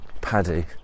Paddy